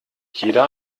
jeder